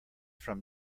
from